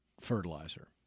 fertilizer